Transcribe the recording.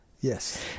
Yes